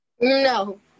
No